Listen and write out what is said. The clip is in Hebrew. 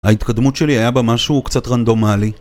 ההתקדמות שלי היה בה משהו קצת רנדומלי